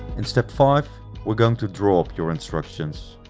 in step five we are going to draw up your instructions.